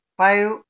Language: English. five